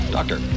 Doctor